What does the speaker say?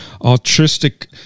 altruistic